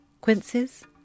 Quinces